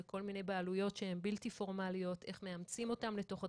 בכל מיני בעלויות שהן בלתי-פורמליות איך מאמצים אותן לתוך התכניות,